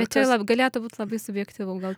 bet čia galėtų būt labai subjektyvu gal